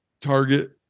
target